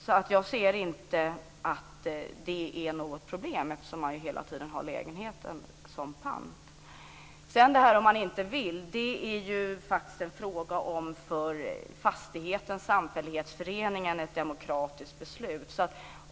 Jag ser därför inte att detta är något problem, eftersom man hela tiden har lägenheten som pant. Beträffande frågan vad som händer om någon inte vill så är det faktiskt ett demokratiskt beslut som samfällighetsföreningen måste fatta.